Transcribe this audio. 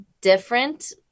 different